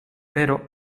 però